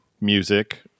music